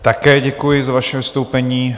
Také děkuji za vaše vystoupení.